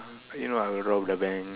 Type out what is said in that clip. you know I would rob the bank